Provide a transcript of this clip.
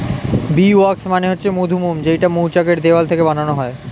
bee wax মানে হচ্ছে মধুমোম যেইটা মৌচাক এর দেওয়াল থেকে বানানো হয়